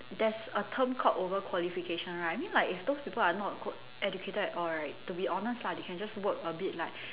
there's a term called over qualification right I mean like if those people are not go~ educated at all right to be honest lah they can work a bit like